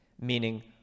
meaning